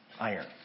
iron